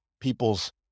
people's